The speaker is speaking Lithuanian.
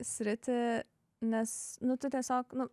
sritį nes nu tu tiesiog nu